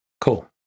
Cool